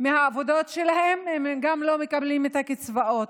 מהעבודות שלהם, גם לא מקבלים את הקצבאות,